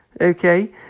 okay